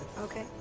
Okay